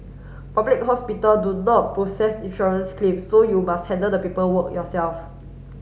public hospital do not process insurance claims so you must handle the paperwork yourself